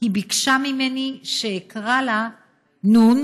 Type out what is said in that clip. היא ביקשה ממני שאקרא לה נ',